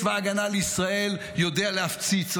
צבא ההגנה לישראל יודע להפציץ,